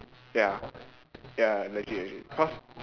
ya ya legit legit cause